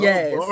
Yes